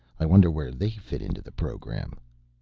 i wonder where they fit into the program?